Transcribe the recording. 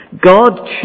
God